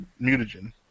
mutagen